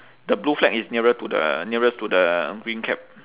the blue flag is nearer to the nearest to the green cap